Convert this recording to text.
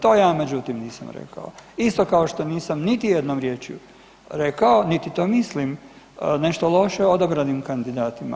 To ja međutim nisam rekao isto kao što nisam niti jednom riječju rekao, niti to mislim nešto loše o odabranim kandidatima.